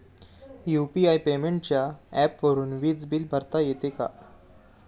UPI पेमेंटच्या ऍपवरुन वीज बिल भरता येते का?